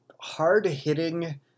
hard-hitting